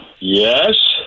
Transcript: Yes